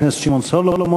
חבר הכנסת שמעון סולומון.